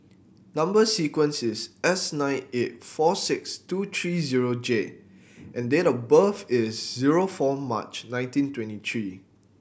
number sequence is S nine eight four six two three zero J and date of birth is zero four March nineteen twenty three